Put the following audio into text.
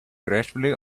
gracefully